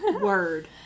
word